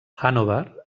hannover